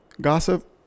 Gossip